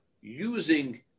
using